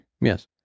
Yes